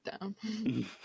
down